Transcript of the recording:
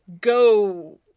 go